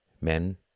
men